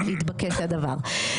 תקציבי